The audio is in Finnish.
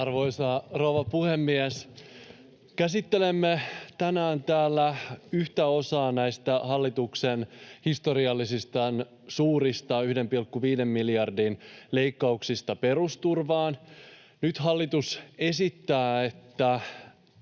Arvoisa rouva puhemies! Käsittelemme tänään täällä yhtä osaa näistä hallituksen historiallisen suurista, 1,5 miljardin leikkauksista perusturvaan. Nyt hallitus esittää,